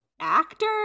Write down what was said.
actor